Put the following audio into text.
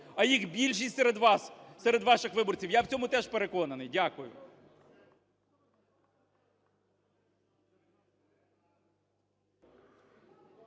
А їх більшість серед вас, серед ваших виборців, я в цьому теж переконаний. Дякую.